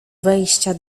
wejścia